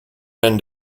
end